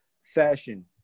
fashion